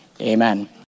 Amen